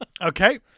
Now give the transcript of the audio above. Okay